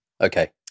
Okay